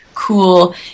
cool